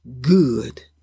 good